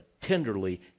tenderly